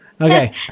Okay